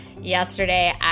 yesterday